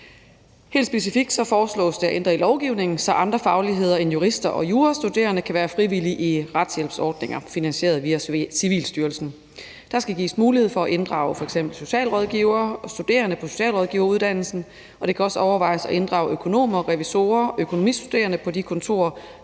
Helt specifikt foreslås det at ændre i lovgivningen, så andre fagligheder end jurister og jurastuderende kan være frivillige i retshjælpsordninger finansieret via Civilstyrelsen. Der skal gives mulighed for at inddrage f.eks. socialrådgivere og studerende på socialrådgiveruddannelsen, og det kan også overvejes at inddrage økonomer, revisorer og økonomistuderende på de kontorer,